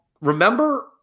remember